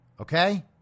Okay